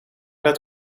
dat